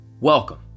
Welcome